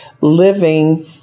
living